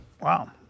Wow